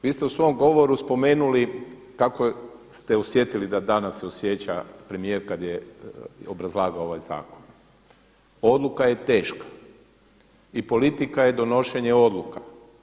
Vi ste u svom govoru spomenuli kako ste osjetili da se danas osjeća premijer kada je obrazlagao ovaj zakon, odluka je teška i politika je donošenje odluka.